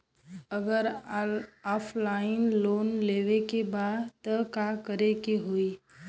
अगर offline loan लेवे के बा त का करे के होयी?